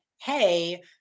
hey